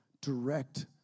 direct